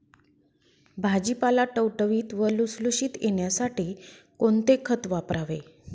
भाजीपाला टवटवीत व लुसलुशीत येण्यासाठी कोणते खत वापरावे?